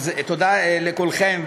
אז תודה לכולכם,